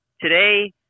Today